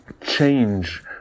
change